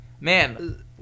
Man